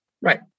Right